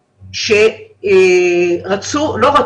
הדברים הדחופים האחרים אבל אין שאלה שדווקא בגלל